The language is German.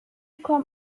kommt